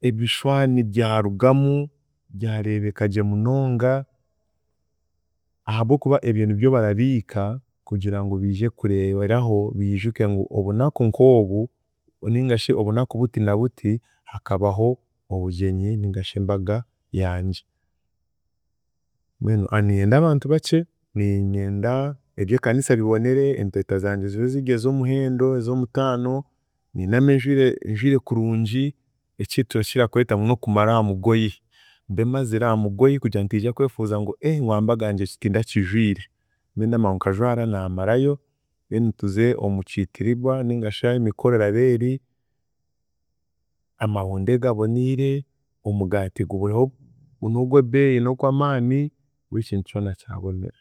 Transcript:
ebishwani byarugamu, byarebekagye munonga, ahabw'okuba ebyo nibyo barabiika kugire ngu biije kureeberaho biijuke ngu obunaku nk'obu ningashi obunaku butinabuti hakabaho obugyenyi ningashi embaga yangye, mbwenu niinyenda a- abantu bakye, niinyenda eby'Ekanisa bibonere, empeta zangye zibe ziri ez'omuhendo, ez'omutano, niinyenda mbe njwire njwire kurungi ekiturakira kweta ngu n'okumara aha mugooyi, mbe mazire aha mugooyi kugira ntiija kwefuza ngu ngu aha mbaga yaangye eki tindakijwire, mbe ndamanya ngu nkajwara, naamarayo then tuze omu kiitirigwa ningashi ah'emikoro araba eri, amahunde gaboniire, omugaati guriho n'ogw'ebeeyi n’ogw'amaani, buri kintu kyona kyabonera.